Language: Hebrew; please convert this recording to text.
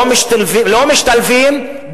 לא משתלבים,